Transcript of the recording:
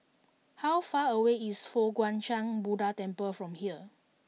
how far away is Fo Guang Shan Buddha Temple from here